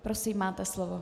Prosím, máte slovo.